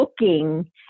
looking